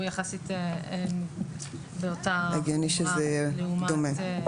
הוא יחסית באותה חומרה --- הגיוני שזה יהיה דומה.